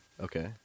Okay